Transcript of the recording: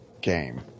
game